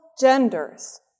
genders